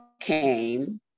came